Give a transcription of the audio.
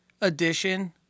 edition